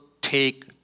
take